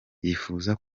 yifuza